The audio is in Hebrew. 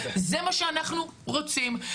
זה מה שאנחנו רוצים.